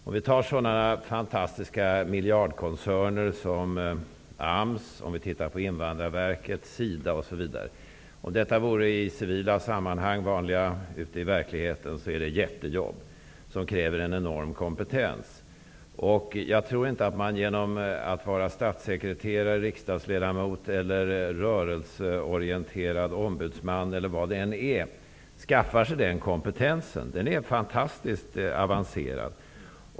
Vi kan titta på sådana fantastiska miljardkoncerner som AMS, Invandrarverket, SIDA osv. Detta vore i civila sammanhang -- ute i verkligheten -- jättejobb som kräver en enorm kompetens. Jag tror inte att man genom att vara statssekreterare, riksdagsledamot eller rörelseorienterad ombudsman eller något annat skaffar sig den kompetensen -- som måste vara fantastiskt avancerad.